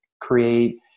create